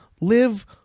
live